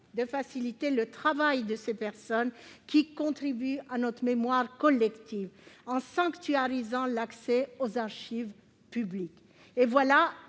de faciliter le travail de ces personnes, qui contribuent à notre mémoire collective, en sanctuarisant l'accès aux archives publiques. Et voilà